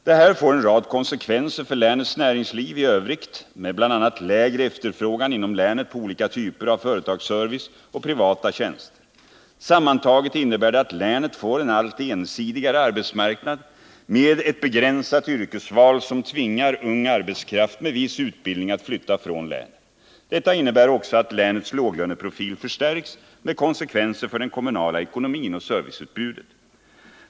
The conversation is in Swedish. Det här får en rad konsekvenser för länets näringsliv i övrigt, med bl.a. lägre efterfrågan inom länet på olika typer av företagsservice och privata tjänster. Sammantaget innebär det att länet får en allt ensidigare arbetsmarknad med ett begränsat yrkesval, som tvingar ung arbetskraft med viss utbildning att flytta från länet. Detta innebär också att länets låglöneprofil förstärks, med konsekvenser för den kommunala ekonomin och serviceutbudet.